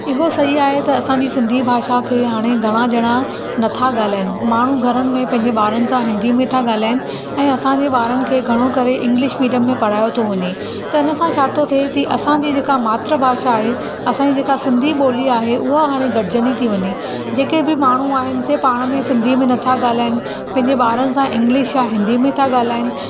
इहो सही आहे त असांजी सिंधी भाषा खे हाणे घणा ॼणा नथा ॻाल्हाइनि माण्हू घरनि में पंहिंजे ॿारनि सां हिंदी में था ॻाल्हाइनि ऐं असांजे ॿारनि खे घणो करे इंग्लिश मीडियम में पढ़ायो थो वञे त उन सां छा थो थिए की असांजी जेका मात्रभाषा आहे असांजी जेकी सिंधी ॿोली आहे उहा हाणे घटिजंदी थी वञे जेके बि माण्हू आहिनि असां पाण में सिंधीअ में नथा ॻाल्हाइनि पंहिंजे ॿारनि सां इंग्लिश या हिंदी में था ॻाल्हाइनि